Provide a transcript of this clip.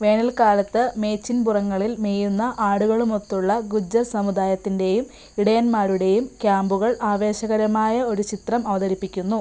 വേനൽക്കാലത്ത് മേച്ചിൽപ്പുറങ്ങളിൽ മേയുന്ന ആടുകളുമൊത്തുള്ള ഗുജ്ജർ സമുദായത്തിൻ്റെയും ഇടയൻമാരുടെയും ക്യാമ്പുകൾ ആവേശകരമായ ഒരു ചിത്രം അവതരിപ്പിക്കുന്നു